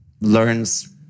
learns